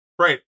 Right